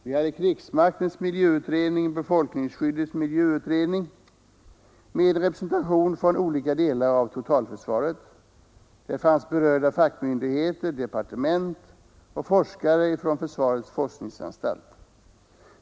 Vi hade krigsmaktens miljöutredning och befolkningsskyddets miljöutredning med representation från olika delar av totalförsvaret, berörda fackmyndigheter, departement och forskare från försvarets forskningsanstalt.